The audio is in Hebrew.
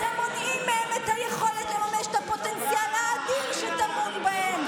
אתם מונעים מהם את היכולת לממש את הפוטנציאל האדיר שטמון בהם.